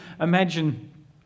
imagine